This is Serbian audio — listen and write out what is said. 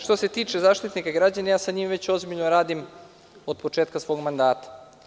Što se tiče Zaštitnika građana, ja sa njim već ozbiljno radim od početka svog mandata.